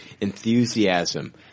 enthusiasm